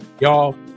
y'all